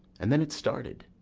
and then it started,